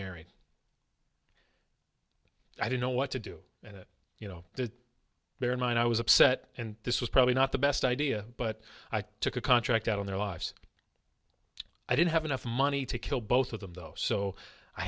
married i don't know what to do and you know the bear in mind i was upset and this was probably not the best idea but i took a contract out on their lives i didn't have enough money to kill both of them though so i